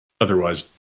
Otherwise